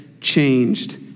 changed